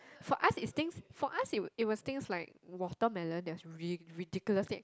for us it's thing for us it was it was things like watermelon that was really ridiculously